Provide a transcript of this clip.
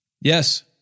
...yes